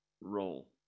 role